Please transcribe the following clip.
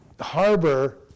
harbor